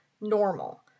normal